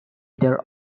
their